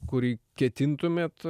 kurį ketintumėt